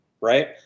right